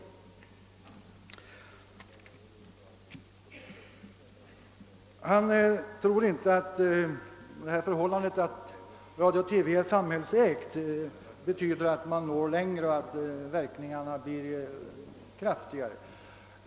Herr statsrådet tror vidare inte att det förhållandet, att Sveriges Radio-TV är samhällsägt, betyder att följderna av dess programpolitik når längre och blir kraftigare.